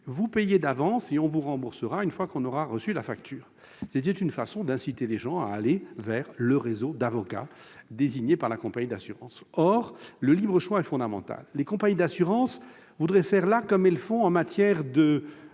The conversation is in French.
vous payez d'avance et vous serez remboursé une fois la facture reçue. C'était une façon d'inciter les gens à se tourner vers le réseau d'avocats désignés par la compagnie d'assurance. Or le libre choix est fondamental. Les compagnies d'assurance voudraient agir ici comme elles le font en matière de